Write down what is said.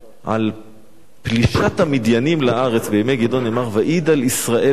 על פלישת המדיינים לארץ בימי גדעון נאמר: "וידל ישראל מאד"